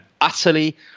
utterly